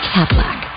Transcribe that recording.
Cadillac